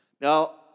Now